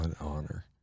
honor